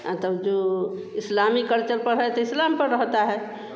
और तब जो इस्लामी कल्चर पर है तो इस्लाम पर रहते हैं